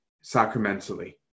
sacramentally